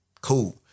cool